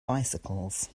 bicycles